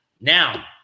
Now